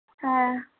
হ্যাঁ